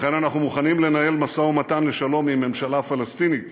לכן אנחנו מוכנים לנהל משא ומתן לשלום עם ממשלה פלסטינית